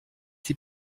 die